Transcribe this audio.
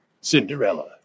Cinderella